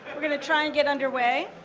we're gonna try and get underway.